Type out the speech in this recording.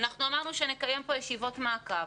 אמרנו שנקיים כאן ישיבות מעקב,